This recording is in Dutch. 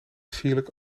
sierlijk